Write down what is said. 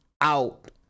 out